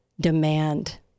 demand